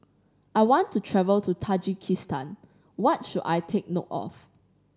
I want to travel to Tajikistan what should I take note of